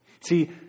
See